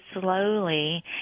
slowly